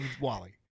Wally